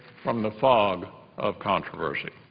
from the fog of controversy.